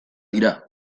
dira